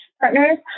partners